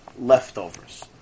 leftovers